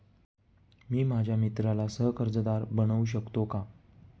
मी माझ्या मित्राला सह कर्जदार बनवू शकतो का?